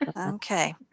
okay